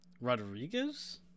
Rodriguez